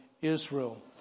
Israel